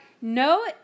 No